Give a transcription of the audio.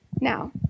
Now